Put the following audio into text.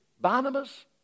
Barnabas